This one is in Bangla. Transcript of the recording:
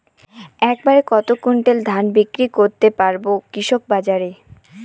এক বাড়ে কত কুইন্টাল ধান বিক্রি করতে পারবো কৃষক বাজারে?